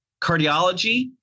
Cardiology